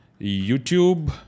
YouTube